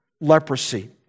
leprosy